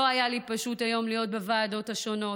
לא היה לי פשוט היום להיות בוועדות השונות.